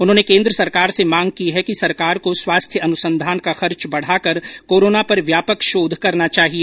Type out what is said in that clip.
उन्होंने केन्द्र सरकार से मांग की है कि सरकार को स्वास्थ्य अनुसंधान का खर्च बढ़ाकर कोरोना पर व्यापक शोध करना चाहिए